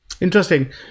interesting